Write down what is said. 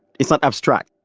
it's not abstract.